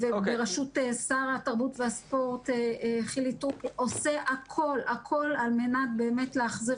ושר התרבות והספורט חילי טרופר עושה הכול על מנת באמת להחזיר